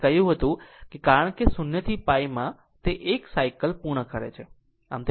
મેં કહ્યું કે કારણ કે 0 થી π માં તે 1 સાયકલ પૂર્ણ કરે છે